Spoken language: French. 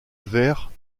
vers